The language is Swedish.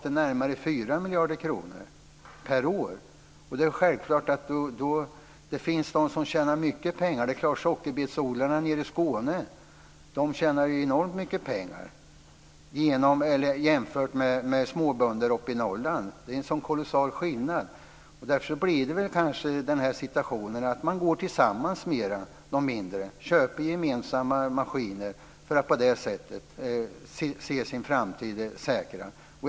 Nu är det närmare 4 miljarder kronor per år. Självklart finns det de som tjänar mycket pengar. Sockerbetsodlarna i Skåne tjänar enormt mycket pengar jämfört med småbönder i Norrland. Skillnaden är kolossal. Därför blir det väl så att de mindre går ihop mer och gemensamt köper maskiner för att på det viset kunna se sin framtid säkrad.